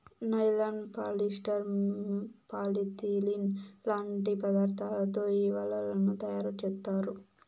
nylon, polyester, polyethylene లాంటి పదార్థాలతో ఈ వలలను తయారుచేత్తారు